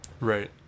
Right